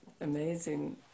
amazing